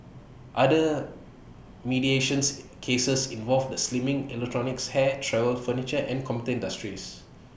other mediation's cases involved the slimming electronics hair travel furniture and computer industries